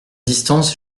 distance